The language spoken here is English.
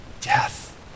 death